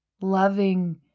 loving